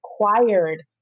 acquired